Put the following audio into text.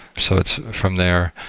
so it's from there,